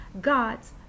God's